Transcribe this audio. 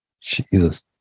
Jesus